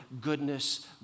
goodness